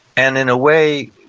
and in a way,